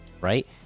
Right